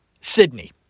Sydney